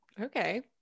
okay